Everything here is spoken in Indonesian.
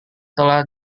telah